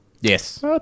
Yes